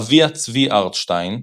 אביה, צבי ארטשטיין,